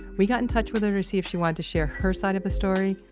we got in touch with her to see if she wanted to share her side of the story,